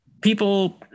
people